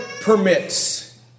permits